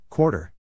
Quarter